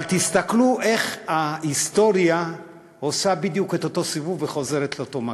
אבל תסתכלו איך ההיסטוריה עושה בדיוק את אותו סיבוב וחוזרת לאותו מקום.